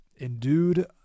Endued